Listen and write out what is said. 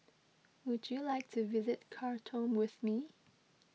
would you like to visit Khartoum with me